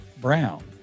Brown